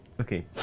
Okay